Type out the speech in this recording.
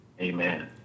Amen